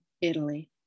Italy